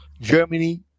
Germany